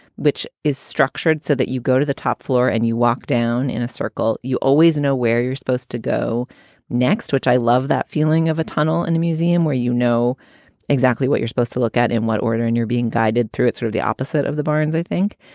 which is structured so that you go to the top floor and you walk down in a circle. you always know where you're supposed to go next, which i love that feeling of a tunnel in a museum where you know exactly what you're supposed to look at in what order and you're being guided through it sort of the opposite of the barnes, i think.